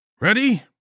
Ready